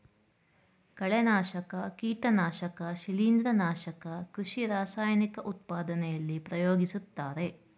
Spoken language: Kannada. ಕಳೆನಾಶಕ, ಕೀಟನಾಶಕ ಶಿಲಿಂದ್ರ, ನಾಶಕ ಕೃಷಿ ರಾಸಾಯನಿಕ ಉತ್ಪಾದನೆಯಲ್ಲಿ ಪ್ರಯೋಗಿಸುತ್ತಾರೆ